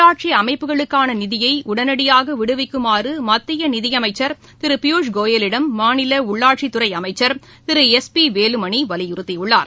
உள்ளாட்சிஅமைப்புகளுக்கானநிதியைஉடனடியாகவிடுவிக்குமாறுமத்தியநிதிஅமைச்சர் தமிழகத்தில் திருபியூஷ் கோயலிடம் மாநிலஉள்ளாட்சித் துறைஅமைச்சர் திரு எஸ் பிவேலுமணிவலியுறுத்தியுள்ளார்